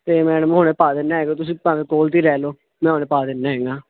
ਅਤੇ ਮੈਡਮ ਹੁਣੇ ਪਾ ਦਿੰਦਾ ਤੁਸੀਂ ਭਾਵੇਂ ਕੋਲ 'ਤੇ ਹੀ ਲੈ ਲਓ ਮੈਂ ਹੁਣ ਪਾ ਦਿੰਦਾ ਹੈਗਾ